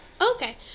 Okay